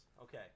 Okay